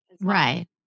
Right